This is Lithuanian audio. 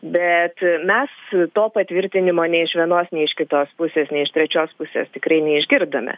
bet mes to patvirtinimo nei iš vienos nei iš kitos pusės nei iš trečios pusės tikrai neišgirdome